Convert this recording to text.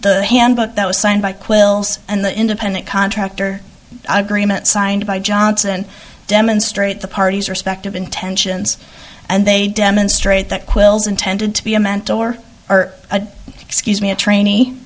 the handbook that was signed by quills and the independent contractor agreement signed by johnson demonstrate the party's respective intentions and they demonstrate that quill's intended to be a mentor or a excuse me a trainee